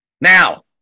Now